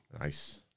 Nice